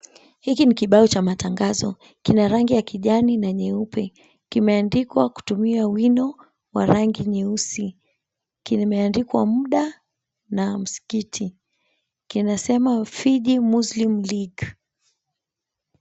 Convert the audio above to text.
Hiki ni kibao cha matangazo. Kina rangi ya kijani na nyeupe. Kimeandikwa kutumia wino wa rangi nyeusi. Kimeandikwa muda na msikiti. Kinasema, "FIJI MUSLIM LEAGUE".